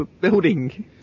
building